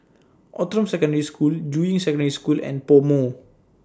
Outram Secondary School Juying Secondary School and Pomo